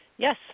Yes